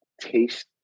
taste